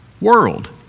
world